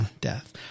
death